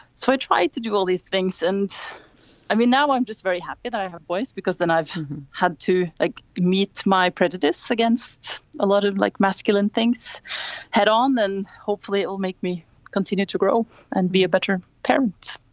so i try to do all these things. and i mean, now i'm just very happy that i have boys, because then i've had to ah meet my prejudice against a lot of like masculine things head on. and hopefully it will make me continue to grow and be a better parent